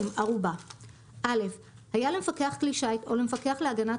ערובה 20. (א) היה למפקח כלי שיט או למפקח להגנת